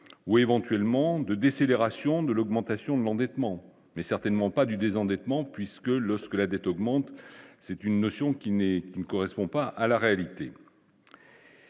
ou éventuellement de décélération de l'augmentation de l'endettement, mais certainement pas du désendettement puisque lorsque la dette augmente, c'est une notion qui n'est, qui ne correspond pas à la réalité.